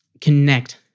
connect